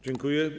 Dziękuję.